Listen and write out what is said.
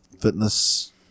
fitness